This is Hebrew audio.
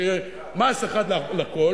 שיהיה מס אחד לכול,